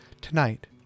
Tonight